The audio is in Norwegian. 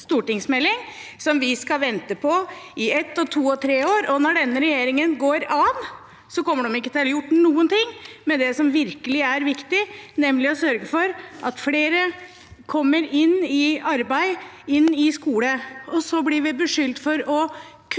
som vi skal vente på i ett, to og tre år. Og når denne regjeringen går av, kommer de ikke til å ha gjort noen ting med det som virkelig er viktig, nemlig å sørge for at flere kommer inn i arbeid og inn i skole. Så blir vi beskyldt for å kutte